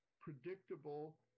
predictable